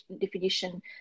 definition